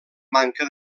manca